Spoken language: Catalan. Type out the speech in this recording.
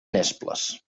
nesples